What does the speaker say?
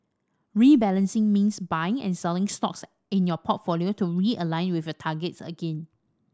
rebalancing means buying and selling stocks in your portfolio to realign with your targets again